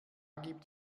gibt